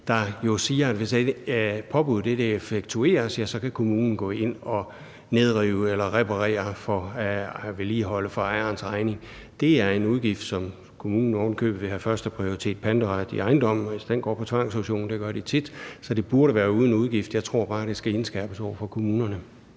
der jo siger, at hvis påbuddet ikke effektueres, så kan kommunen gå ind og nedrive eller reparere for at vedligeholde for ejerens regning. Det er en udgift, som kommunen ovenikøbet vil have førsteprioritet og panteret i ejendommen til, hvis den går på tvangsauktion. Det gør de tit. Så det burde være uden udgift. Jeg tror bare, at det skal indskærpes over for kommunerne.